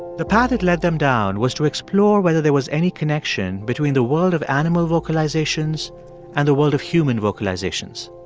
the path it led them down was to explore whether there was any connection between the world of animal vocalizations and the world of human vocalizations.